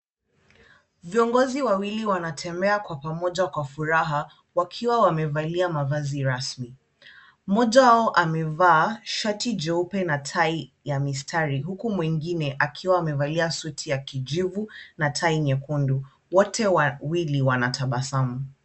Viongozi wawili wanatembea kwa pamoja kwa furaha, wakiwa wamevalia mavazi rasmi. Mmoja wao amevaa shati jeupe na tai ya mistari huku mwingine akiwa amevalia suti ya kijivu na tai nyekundu. Wote wawili wanatabasamu.